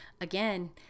again